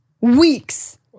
Weeks